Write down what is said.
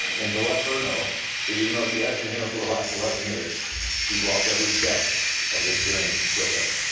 and to let her know that even though she hasn't been here for the last eleven eleven years she's walked every step of this journey with us.